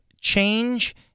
change